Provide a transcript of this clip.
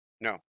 No